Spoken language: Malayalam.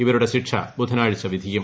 ഇവരുള്ട് അിക്ഷ് ബുധനാഴ്ച വിധിക്കും